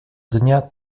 dnia